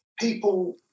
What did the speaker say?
people